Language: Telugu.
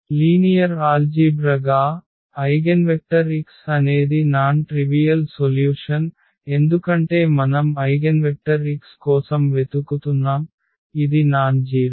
లీనియర్ ఆల్జీభ్ర గా ఐగెన్వెక్టర్ x అనేది చిన్నవిషయం కాని పరిష్కారంnon Trivial సొల్యూషన్ ఎందుకంటే మనం ఐగెన్వెక్టర్ x కోసం వెతుకుతున్నాం ఇది నాన్ జీరొ